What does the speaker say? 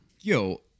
Yo